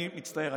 אני מצטער,